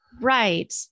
Right